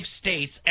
states